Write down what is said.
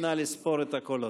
נא לספור את הקולות.